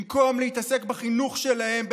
במקום להתעסק בחינוך שלהם,